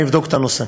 אני אבדוק את הנושא.